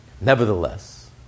Nevertheless